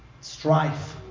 strife